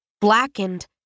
blackened